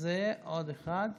מה, אין עבודה במשרד?